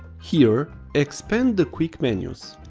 here expand the quick menus.